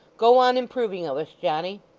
go on improving of us, johnny